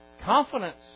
Confidence